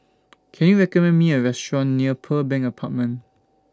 Can YOU recommend Me A Restaurant near Pearl Bank Apartment